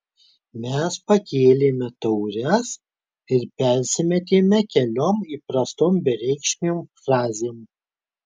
mes pakėlėme taures ir persimetėme keliom įprastom bereikšmėm frazėm